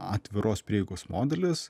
atviros prieigos modelis